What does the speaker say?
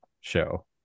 show